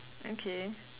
okay